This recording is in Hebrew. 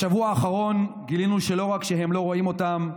בשבוע האחרון גילינו שלא רק שהם לא רואים אותם,